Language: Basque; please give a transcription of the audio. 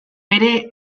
bere